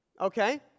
Okay